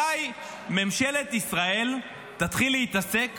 מתי ממשלת ישראל תתחיל להתעסק